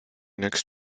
next